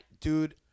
Dude